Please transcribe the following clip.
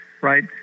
right